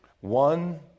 One